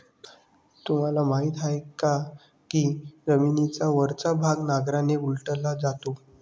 तुम्हाला माहीत आहे का की जमिनीचा वरचा भाग नांगराने उलटला जातो?